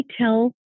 tell